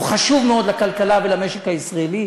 הוא חשוב מאוד לכלכלה ולמשק הישראלי.